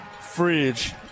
Fridge